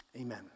Amen